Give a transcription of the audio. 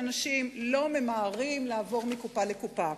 אנשים לא ממהרים לעבור מקופה לקופה.